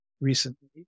recently